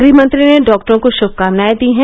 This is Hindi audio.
गृहमंत्री ने डॉक्टरों को श्मकामनाए दी हैं